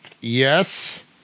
Yes